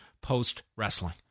post-wrestling